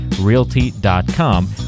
realty.com